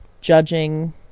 judging